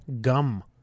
Gum